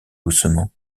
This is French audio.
doucement